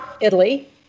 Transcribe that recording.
Italy